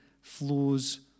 flows